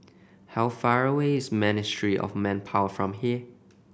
how far away is Ministry of Manpower from here